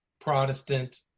Protestant